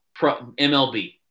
MLB